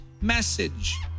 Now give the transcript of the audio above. message